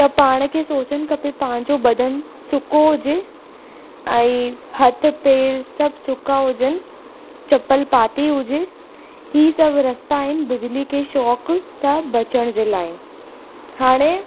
त पाण खे सोचण खपे पंहिंजो बदन सुको हुजे ऐं हथ पेर सभु सुका हुजनि चम्पल पाती हुजे हीउ सभु रस्ता आहिनि बिजली जे शॉक सां बचण जे लाइ हाणे